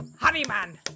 Honeyman